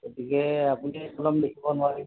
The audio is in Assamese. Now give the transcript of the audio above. গতিকে আপুনি একলম লিখিব ন